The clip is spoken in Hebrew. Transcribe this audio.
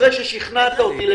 אחרי ששכנעת אותי,